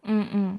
mm mm